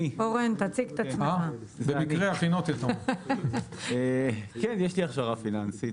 אורן, תציג את עצמך כן, יש לי הכשרה פיננסית.